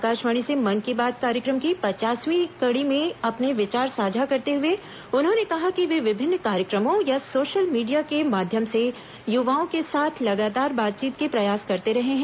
आकाशवाणी से मन की बात कार्यक्रम की पचासवीं कड़ी में अपने विचार साझा करते हुए उन्होंने कहा कि वे विभिन्न कार्यक्रमों या सोशल मीडिया के माध्यम से युवाओं के साथ लगातार बातचीत के प्रयास करते रहे हैं